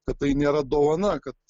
kad tai nėra dovana kad